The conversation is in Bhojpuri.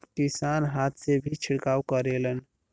किसान हाथ से भी छिड़काव करेलन